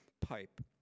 pipe